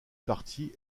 parti